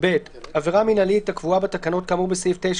(ב)עבירה מינהלית הקבועה בתקנות כאמור בסעיף 9